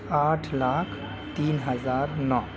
آٹھ لاکھ تین ہزار نو